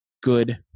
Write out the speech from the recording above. good